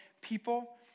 people